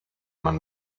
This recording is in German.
man